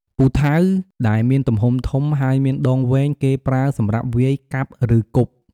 ពូថៅ ដែលមានទំហំធំ ហើយមានដងវែង គេប្រើសម្រាប់វាយ កាប់ ឬគប់។